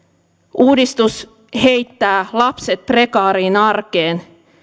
uudistus heittää lapset prekaariin arkeen